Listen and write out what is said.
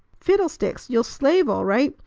fiddlesticks! you'll slave all right.